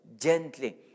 gently